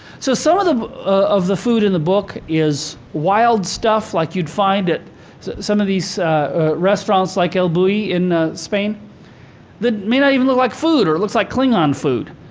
so some of the of the food in the book is wild stuff, like you'd find at some of these restaurants, like el bulli in spain that may not even look like food or it looks like klingon food.